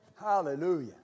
Hallelujah